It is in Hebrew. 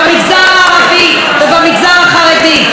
במגזר הערבי ובמגזר החרדי,